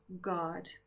God